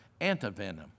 antivenom